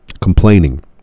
complaining